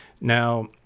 now